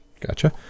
Gotcha